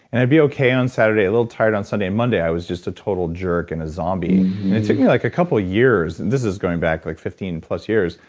and i'd be okay on saturday, a little tired on sunday, and monday, i was just a total jerk and a zombie. it took me like a couple years, this is going back like fifteen plus years,